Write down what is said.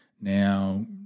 now